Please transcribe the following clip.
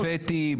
קונפטי,